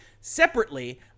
Separately